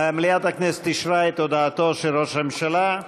מליאת הכנסת אישרה את הודעתו של ראש הממשלה.